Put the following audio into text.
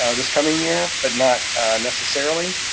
ah this coming here, but not necessarily.